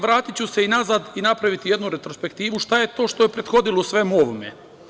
Vratiću se nazad i napraviti jednu retrospektivu šta je to što je prethodilo svemu ovome.